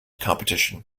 competition